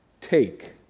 Take